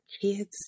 Kids